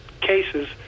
cases